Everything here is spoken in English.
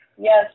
Yes